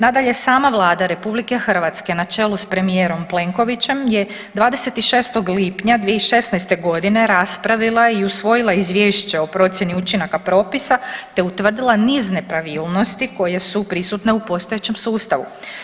Nadalje sama Vlada RH na čelu sa premijerom Plenkovićem je 26. lipnja 2016. godine raspravila i usvojila Izvješće o procjeni učinaka propisa, te utvrdila niz nepravilnosti koje su prisutne u postojećem sustavu.